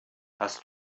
hast